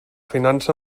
finança